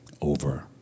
over